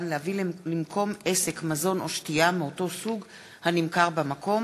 להביא למקום עסק מזון או שתייה מאותו סוג הנמכר במקום),